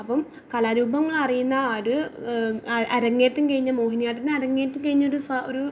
അപ്പം കലാരൂപങ്ങൾ അറിയുന്ന ആര് അരങ്ങേറ്റം കഴിഞ്ഞ മോഹിനിയാട്ടത്തിന് അരങ്ങേറ്റം കഴിഞ്ഞ ഒരു ഒരു